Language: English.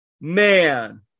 man